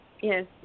yes